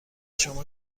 شما